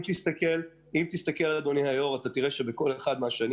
אם תסתכל תוכל לראות שבכל אחת מהשנים